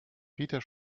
peter